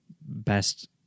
best